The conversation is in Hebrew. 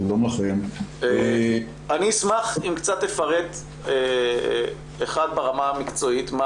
אני אשמח אם קצת תפרט ברמה המקצועית מה